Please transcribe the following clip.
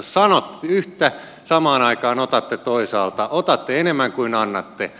sanotte yhtä samaan aikaan otatte toisaalta otatte enemmän kuin annatte